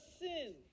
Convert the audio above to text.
sin